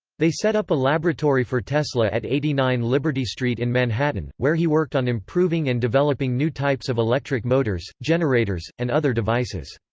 they set up a laboratory for tesla at eighty nine liberty street in manhattan, where he worked on improving and developing new types of electric motors, generators, and other devices.